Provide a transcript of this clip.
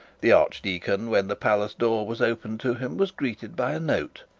the archdeacon, when the palace door was opened to him, was greeted by a note.